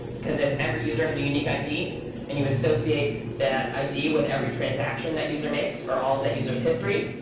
because if every user has a unique id and you associate that id with every transaction that user makes or all of that user's history.